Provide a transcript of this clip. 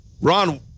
Ron